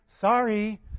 Sorry